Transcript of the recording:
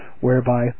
whereby